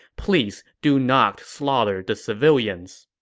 please do not slaughter the civilians.